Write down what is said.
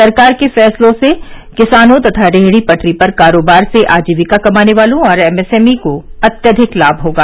सरकार के फैसलों से किसानों तथा रेहड़ी पटरी पर कारोबार से आजीविका कमाने वालों और एमएसएमई को अत्यधिक लाभ होगा